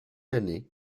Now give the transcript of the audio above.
année